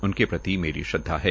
उनके प्रति मेरी श्रद्वा है